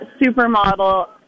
supermodel